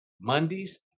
Mondays